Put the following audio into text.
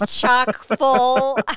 chock-full